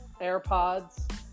AirPods